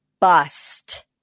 bust